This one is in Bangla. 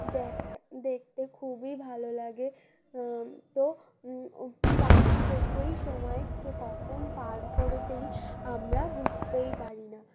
দেখ দেখতে খুবই ভালো লাগে তো পাখি দেখেই সময় যে কখন পার করে দিই আমরা বুঝতেই পারি না